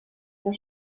der